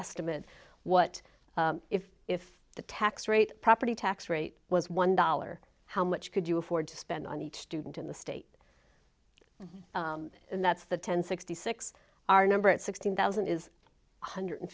estimate what if if the tax rate property tax rate was one dollar how much could you afford to spend on each student in the state and that's the ten sixty six our number at sixteen thousand is one hundred